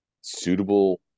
suitable